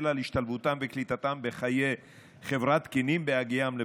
להשתלבותם וקליטתם בחיי חברה תקנים בהגיעם לבגרות.